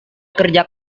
kerja